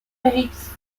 faith